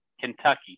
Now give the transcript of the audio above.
Kentucky